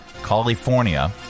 California